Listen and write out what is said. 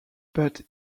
but